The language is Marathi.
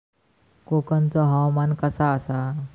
कोकनचो हवामान कसा आसा?